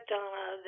Donna